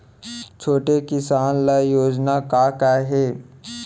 छोटे किसान ल योजना का का हे?